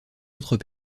autres